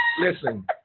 listen